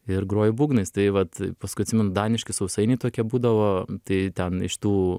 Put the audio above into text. ir groji būgnais tai vat paskui atsimenu daniški sausainiai tokie būdavo tai ten iš tų